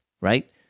right